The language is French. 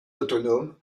autonomes